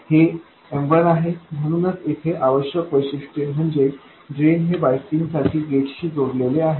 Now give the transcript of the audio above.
हे M1 आहे म्हणून येथे आवश्यक वैशिष्ट्य म्हणजे ड्रेन हे बायसिंगसाठी गेटशी जोडलेले आहे